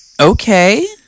Okay